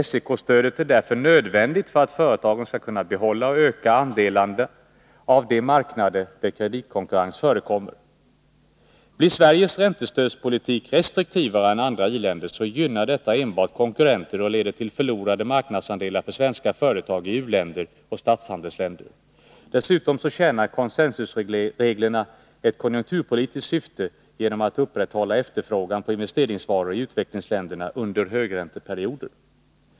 SEK-stödet är därför nödvändigt för att företagen skall kunna behålla och öka andelarna av de marknader där kreditkonkurrens förekommer. Blir Sveriges räntestödspolitik restriktivare än andra i-länders, gynnar detta enbart konkurrenter och leder till förlorade marknadsandelar för svenska företag i u-länder och statshandelsländer. Dessutom tjänar consensusreglerna ett konjunkturpolitiskt syfte genom att upprätthålla efterfrågan på investeringsvaror i utvecklingsländelrna under högränteperioder.